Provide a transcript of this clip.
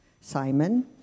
Simon